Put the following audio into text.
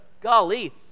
golly